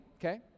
Okay